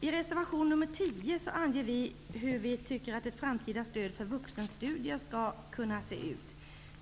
I reservation nr 10 anger vi hur vi tycker att det framtida stödet för vuxenstudier skall se ut.